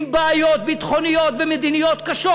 עם בעיות ביטחוניות ומדיניות קשות,